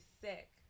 sick